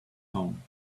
home